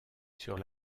sur